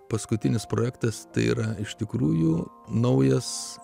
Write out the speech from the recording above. paskutinis projektas tai yra iš tikrųjų naujas